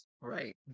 Right